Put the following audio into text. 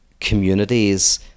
communities